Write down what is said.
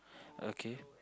okay